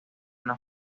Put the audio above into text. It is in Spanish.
una